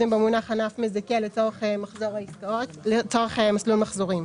במונח "ענף מזכה" לצורך מסלול מחזורים.